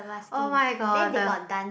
oh-my-god the